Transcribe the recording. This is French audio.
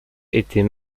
était